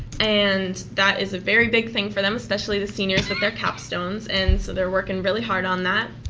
and that is a very big thing for them, especially the seniors with their capstones. and so, they're working really hard on that.